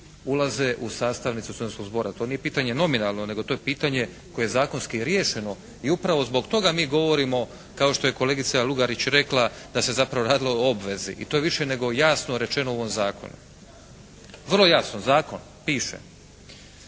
ulaze u sastavnicu studenskog zbora. To nije pitanje nominalno, nego to je pitanje koje je zakonski riješeno. I upravo zbog toga mi govorimo kao što je kolegice Lugarić rekla da se zapravo radilo o obvezi. I to je više nego jasno rečeno u ovom zakonu. Vrlo jasno zakon piše.